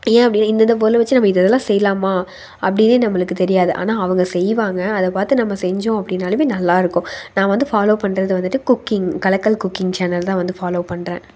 ஏன் அப்படினா இந்தந்த பொருளை வச்சு நம்ம இதை இதெல்லாம் செய்யலாமா அப்படினு நம்மளுக்கு தெரியாது ஆனால் அவங்க செய்வாங்க அதை பார்த்து நம்ம செஞ்சோம் அப்படினாலுமே நல்லாயிருக்கும் நான் வந்து ஃபாலோ பண்ணுறது வந்துட்டு குக்கிங் கலக்கல் குக்கிங் சேனல் தான் வந்து ஃபாலோ பண்ணுறேன்